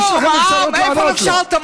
הדיור, מע"מ, איפה נכשלת?